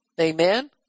Amen